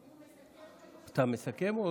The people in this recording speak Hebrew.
אתה מסכם?